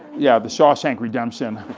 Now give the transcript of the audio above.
yeah, the shawshank redemption,